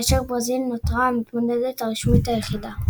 כאשר ברזיל נותרה המתמודדת הרשמית היחידה.